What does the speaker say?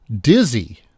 Dizzy